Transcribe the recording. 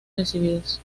recibidos